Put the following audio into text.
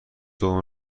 دوم